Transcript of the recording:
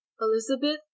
Elizabeth